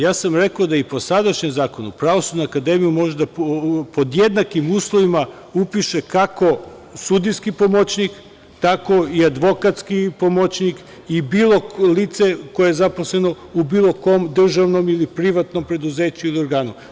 Ja sam rekao da i po sadašnjem zakonu Pravosudnu akademiju može pod jednakim uslovima da upiše kako sudijski pomoćnik, tako i advokatski pomoćnik i lice koje je zaposleno u bilo kom državnom ili privatnom preduzeću ili organu.